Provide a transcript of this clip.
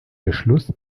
beschluss